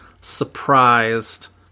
surprised